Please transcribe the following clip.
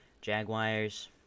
Jaguars